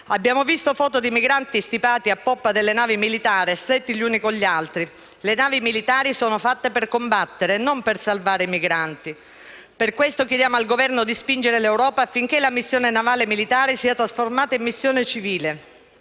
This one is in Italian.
Abbiamo visto foto di migranti stipati a poppa delle navi militari, stretti gli uni con gli altri. Le navi militari sono fatte per combattere, e non per salvare i migranti. Per questo chiediamo al Governo di spingere l'Europa affinché la missione navale militare sia trasformata in missione civile.